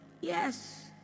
Yes